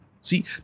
See